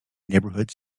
neighborhoods